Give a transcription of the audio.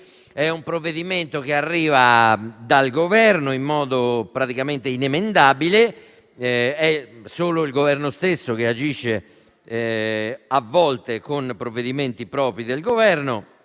È un provvedimento che arriva dal Governo in modo praticamente inemendabile. È solo il Governo stesso che agisce, a volte, con provvedimenti propri e questo